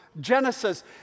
Genesis